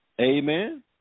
Amen